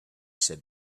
said